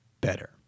better